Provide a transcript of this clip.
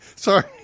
Sorry